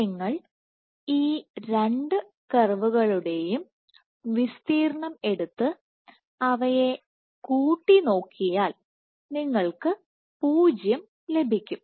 നിങ്ങൾ ഈ രണ്ട് കർവുകളുടെ വിസ്തീർണ്ണം എടുത്ത് അവയെ കൂട്ടി നോക്കിയാൽ നിങ്ങൾക്ക് 0 ലഭിക്കും